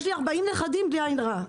יש לי 40 נכדים, בלי עין הרע.